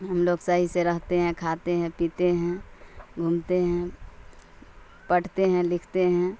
ہم لوگ صحیح سے رہتے ہیں کھاتے ہیں پیتے ہیں گھومتے ہیں پڑھتے ہیں لکھتے ہیں